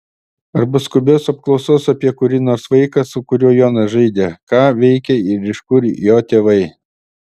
arba skubios apklausos apie kurį nors vaiką su kuriuo jonas žaidė ką veikia ir iš kur jo tėvai